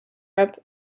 syrup